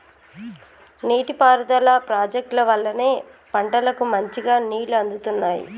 నీటి పారుదల ప్రాజెక్టుల వల్లనే పంటలకు మంచిగా నీళ్లు అందుతున్నాయి